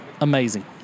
Amazing